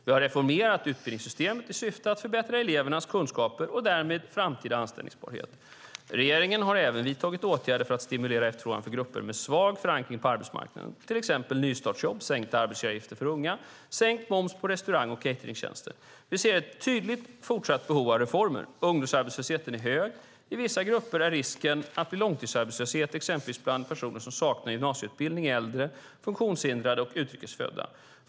Vi har reformerat utbildningssystemet i syfte att förbättra elevernas kunskaper och därmed framtida anställbarhet. Regeringen har även vidtagit åtgärder för att stimulera efterfrågan för grupper med svag förankring på arbetsmarknaden, till exempel nystartsjobb, sänkta arbetsgivaravgifter för unga och sänkt moms på restaurang och cateringtjänster. Vi ser tydligt ett fortsatt behov av reformer. Ungdomsarbetslösheten är hög. I vissa grupper är risken större att bli långtidsarbetslös, exempelvis bland personer som saknar gymnasieutbildning, äldre, funktionshindrade och utrikes födda.